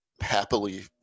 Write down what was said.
happily